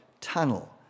tunnel